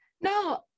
No